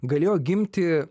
galėjo gimti